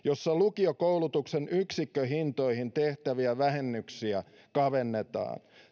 jossa lukiokoulutuksen yksikköhintoihin tehtäviä vähennyksiä kavennetaan